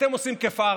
אתם עושים כפארסה.